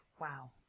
Wow